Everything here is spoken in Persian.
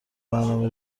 برنامه